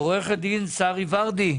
עורכת דין שרי ורדי.